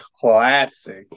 classic